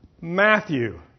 Matthew